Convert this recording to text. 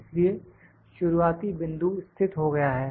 इसलिए शुरुआती बिंदु स्थित हो गया है